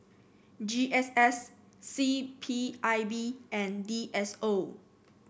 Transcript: G S S C P I B and D S O